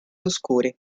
oscuri